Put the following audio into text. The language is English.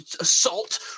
assault